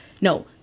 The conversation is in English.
no